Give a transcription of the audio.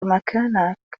مكانك